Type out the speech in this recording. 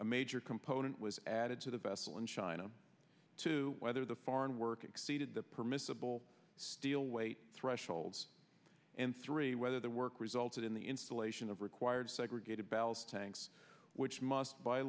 a major component was added to the vessel in china to whether the foreign work exceeded the permissible steel weight threshold and three whether the work resulted in the installation of required segregated ballast tanks which must by